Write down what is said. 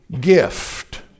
gift